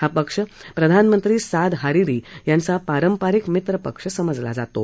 हा पक्ष प्रधानमंत्री साद हारिरी यांचा पारंपरिक मित्र पक्ष समजला जातो